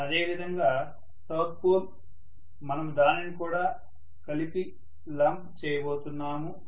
అదేవిధంగా south pole మనము దానిని కలిపి లంప్ చేయబోతున్నాము